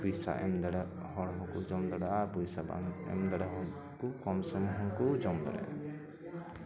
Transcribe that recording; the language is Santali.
ᱯᱚᱥᱟ ᱮᱢ ᱫᱟᱲᱮᱭᱟᱜ ᱦᱚᱲ ᱦᱚᱸᱠᱚ ᱡᱚᱢ ᱫᱟᱲᱮᱭᱟᱜᱼᱟ ᱯᱚᱭᱥᱟ ᱵᱟᱝ ᱮᱢ ᱫᱟᱲᱮ ᱦᱚᱲ ᱦᱚᱸᱠᱚ ᱠᱚᱢᱥᱚᱢ ᱦᱚᱸᱠᱚ ᱡᱚᱢ ᱫᱟᱲᱮᱜᱼᱟ